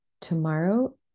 tomorrow